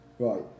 Right